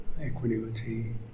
equanimity